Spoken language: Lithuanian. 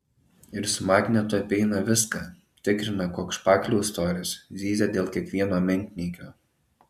ir su magnetu apeina viską tikrina koks špakliaus storis zyzia dėl kiekvieno menkniekio